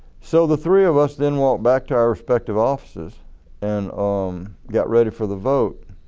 so the three of us then walked back to our respective offices and um got ready for the vote.